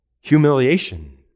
humiliation